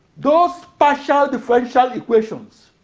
those partial differential equations